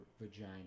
vagina